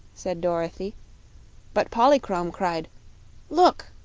said dorothy but polychrome cried look!